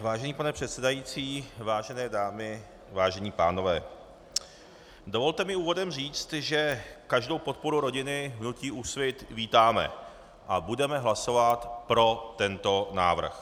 Vážený pane předsedající, vážené dámy, vážení pánové, dovolte mi úvodem říct, že každou podporu rodiny v hnutí Úsvit vítáme a budeme hlasovat pro tento návrh.